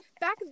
back